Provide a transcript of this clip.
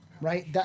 right